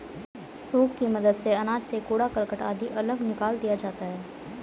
soup की मदद से अनाज से कूड़ा करकट आदि अलग निकाल दिया जाता है